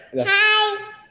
Hi